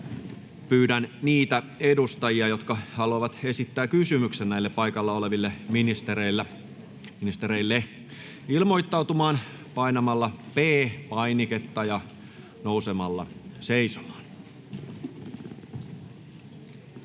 Pyydän niitä edustajia, jotka haluavat esittää kysymyksen näille paikalla oleville ministereille, ilmoittautumaan painamalla P-painiketta ja nousemalla seisomaan.